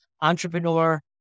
entrepreneur